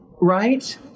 right